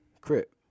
Crip